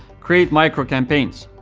create micro-campaigns.